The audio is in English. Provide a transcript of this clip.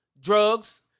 drugs